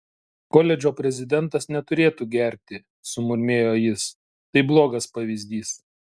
koledžo prezidentas neturėtų gerti sumurmėjo jis tai blogas pavyzdys